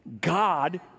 God